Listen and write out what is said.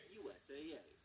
usaa